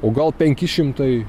o gal penki šimtai